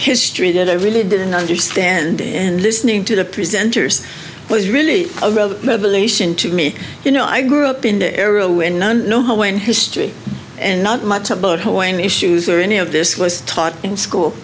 history that i really didn't understand and listening to the presenters was really into me you know i grew up in the area when know when history and not much about hawaiian issues or any of this was taught in school